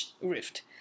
rift